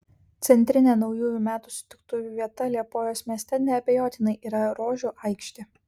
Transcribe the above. centrinė naujųjų metų sutiktuvių vieta liepojos mieste neabejotinai yra rožių aikštė